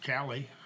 Callie